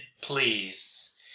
please